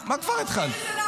מה כבר התחלת?